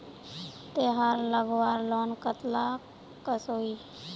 तेहार लगवार लोन कतला कसोही?